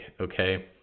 okay